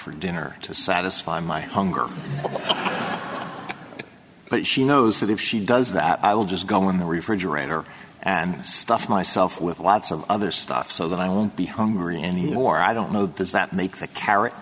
for dinner to satisfy my hunger but she knows that if she does that i'll just go in the refrigerator and stuff myself with lots of other stuff so that i won't be hungry any more i don't know this that makes a char